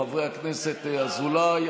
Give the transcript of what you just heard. חברי הכנסת אזולאי,